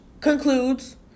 concludes